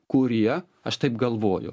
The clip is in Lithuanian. kurie aš taip galvoju